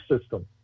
system